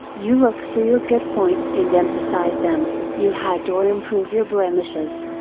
you look for your good points and emphasize them, you hide or improve your blemishes.